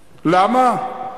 למה?